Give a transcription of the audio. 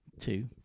two